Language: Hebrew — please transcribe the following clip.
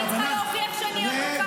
יש מבחן שבו אני צריכה להוכיח שאני עובדת?